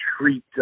treat